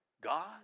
God